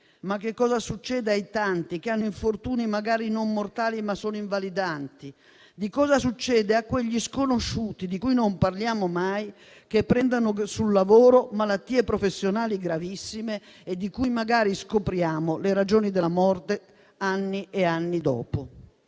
anche a cosa succede ai tanti che subiscono infortuni magari non mortali, ma invalidanti; a cosa succede a quegli sconosciuti, di cui non parliamo, ma che contraggono sul lavoro malattie professionali gravissime, e di cui magari scopriamo le ragioni della morte anni e anni dopo.